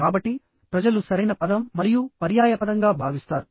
కాబట్టి ప్రజలు సరైన పదం మరియు పర్యాయపదంగా భావిస్తారు